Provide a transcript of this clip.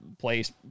place